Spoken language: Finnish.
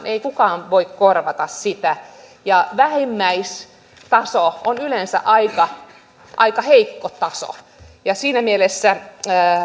ei kukaan voi korvata sitä ja vähimmäistaso on yleensä aika aika heikko taso ja siinä mielessä